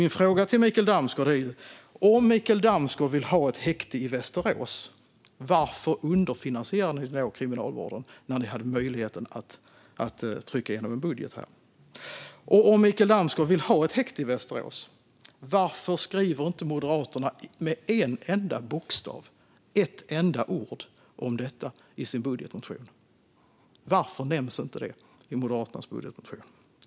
Mina frågor till Mikael Damsgaard är: Om Mikael Damsgaard vill ha ett häkte i Västerås, varför underfinansierade ni Kriminalvården när ni hade möjlighet att trycka igenom er budget? Om Mikael Damsgaard vill ha ett häkte i Västerås, varför nämns det inte med ett enda ord i Moderaternas budgetmotion?